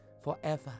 forever